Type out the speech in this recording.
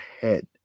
head